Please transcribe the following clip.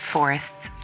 Forest's